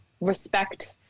respect